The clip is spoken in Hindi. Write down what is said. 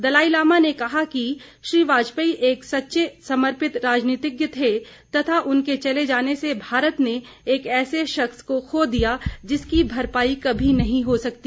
दलाईलामा ने कहा कि श्री वाजपेयी एक सच्चे समर्पित राजनीतिज्ञ थे तथा उनके चले जाने से भारत ने एक ऐसे शख्स को खो दिया जिसकी भरपाई कभी नही हो सकती